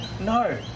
no